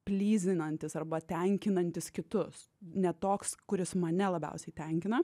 plyzinantis arba tenkinantis kitus ne toks kuris mane labiausiai tenkina